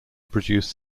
produced